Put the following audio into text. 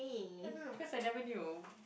I don't know I guess I've never knew